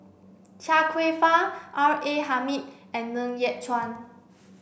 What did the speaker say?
Chia Kwek Fah R A Hamid and Ng Yat Chuan